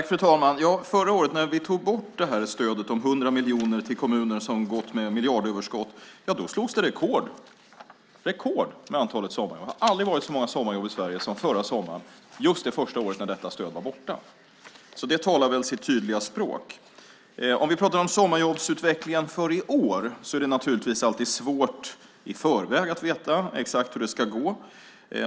Fru talman! När vi förra året tog bort stödet om 100 miljoner till kommuner som gått med miljardöverskott slogs det rekord i antalet sommarjobb. Det har aldrig varit så många sommarjobb i Sverige som förra sommaren, just första året som detta stöd var borta. Det talar väl sitt tydliga språk. När det gäller sommarjobbsutvecklingen för i år är det naturligtvis svårt att i förväg veta exakt hur det ska gå.